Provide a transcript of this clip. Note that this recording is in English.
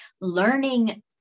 learning